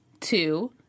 two